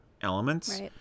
elements